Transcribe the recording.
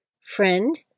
Friend